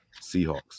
Seahawks